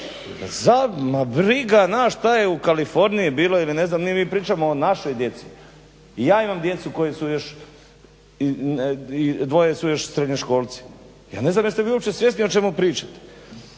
Ma briga nas šta je u Kaliforniji bilo ili ne znam, mi pričamo o našoj djeci, i ja imam djecu koja su još, dvoje su još srednjoškolci, ja ne znam jeste vi uopće svjesni o čemu pričate.